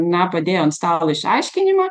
na padėjo ant stalo išaiškinimą